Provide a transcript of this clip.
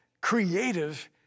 creative